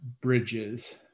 bridges